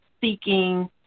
seeking